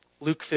Luke